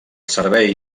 servei